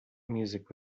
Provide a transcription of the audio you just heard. music